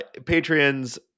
Patreons